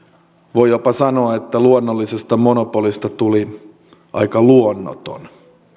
voi jopa sanoa että luonnollisesta monopolista tuli aika luonnoton